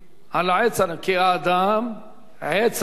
"כי האדם עץ השדה".